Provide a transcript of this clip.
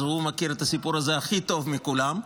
הוא מכיר את הסיפור הזה הכי טוב מכולם,